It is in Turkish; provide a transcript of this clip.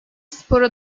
spora